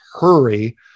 hurry